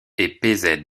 est